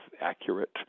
accurate